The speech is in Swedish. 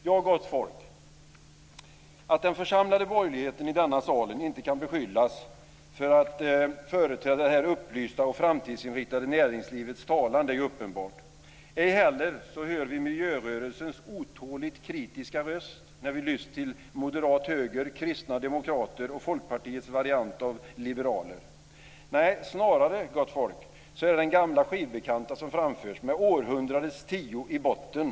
Jo, gott folk, att den församlade borgerligheten i denna sal inte kan beskyllas för att företräda det upplysta och framtidsinriktade näringslivets talan. Det är uppenbart. Ej heller hör vi miljörörelsens otåligt kritiska röst när vi lyss till moderat höger, kristna demokrater och Folkpartiets variant av liberaler. Nej, snarare, gott folk, är det gamla skivbekanta som framförs, med århundradets tio i botten.